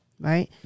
Right